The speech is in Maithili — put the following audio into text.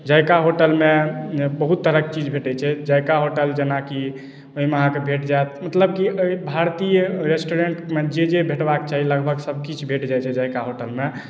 जायका होटलमे बहुत तरहक चीज भेटैत छै जायका होटल जेनाकि ओहिमे अहाँकेँ भेट जायत मतलब कि एहि भारतीय रस्टोरेन्टमे जे जे भेटबाक चाही लगभग सभकिछु भेट जाइत छै जायका होटलमे